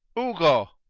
ugo.